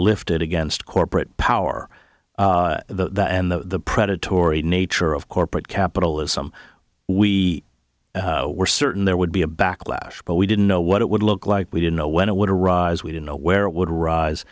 lifted against corporate power and the predatory nature of corporate capitalism we were certain there would be a backlash but we didn't know what it would look like we didn't know when it would arise we didn't know where it would rise